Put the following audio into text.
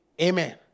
Amen